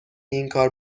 اینکار